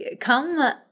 come